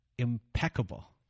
Impeccable